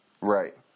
Right